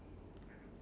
ya